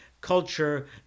culture